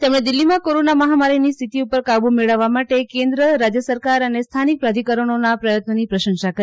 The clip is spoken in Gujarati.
તેમણે દિલ્ફીમાં કોરોના મહામારીની સ્થિતિ ઉપર કાબુ મેળવવા માટે કેન્ન્ રાજ્ય સરકાર અને સ્થાનિક પ્રાધિકરણોના પ્રયત્નોની પ્રશંસા કરી